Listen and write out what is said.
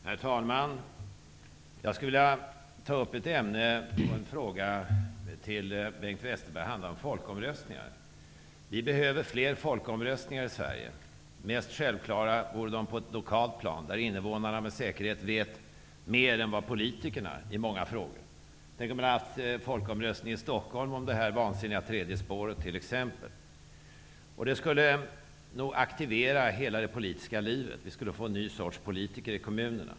Herr talman! Jag skulle vilja ta upp frågan om folkomröstningar med Bengt Westerberg. Vi behöver fler folkomröstningar i Sverige. Mest självklara vore de på det lokala planet, där invånarna säkert vet mer än politikerna i många frågor. Tänk om man hade haft folkomröstning i Stockholm om det vansinniga tredje spåret! Det skulle nog aktivera hela det politiska livet. Vi skulle få en ny sorts politiker i kommunerna.